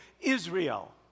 Israel